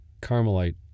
carmelite